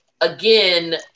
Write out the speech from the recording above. Again